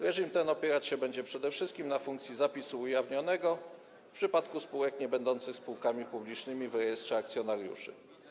Reżim ten opierać się będzie przede wszystkim na funkcji zapisu ujawnianego - w przypadku spółek niebędących spółkami publicznymi - w rejestrze akcjonariuszy.